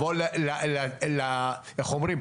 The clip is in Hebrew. איך אומרים,